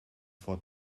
for